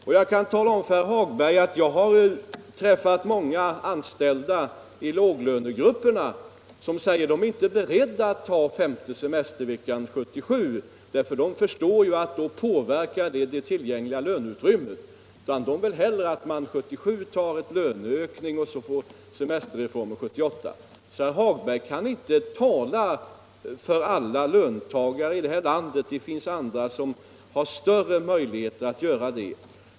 Och jag kan tala om för herr Hagberg i Borlänge att jag har träffat många anställda i låglönegrupperna som säger att de är inte beredda att ta den femte semesterveckan 1977, för de förstår ju att det skulle påverka det tillgängliga löneutrymmet. De vilt hellre att man 1977 tar en löncökning och att man så får semesterreformen 1978. Herr Hagberg kan alltså inte tala för alla löntagare i det här landet. Det finns andra som har större möjligheter att göra det.